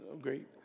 great